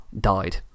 died